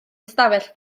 ystafell